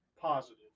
positive